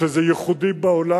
שזה ייחודי בעולם.